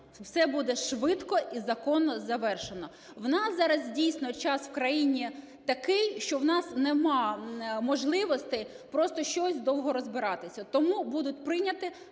все буде швидко і законно завершено. У нас зараз, дійсно, час в країні такий, що у нас нема можливостей просто щось довго розбиратися. Тому будуть прийняті